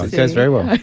goes very well.